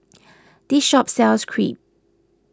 this shop sells Crepe